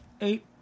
Eight